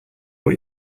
what